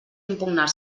impugnar